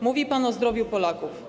Mówił pan o zdrowiu Polaków.